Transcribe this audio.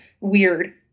weird